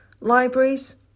Libraries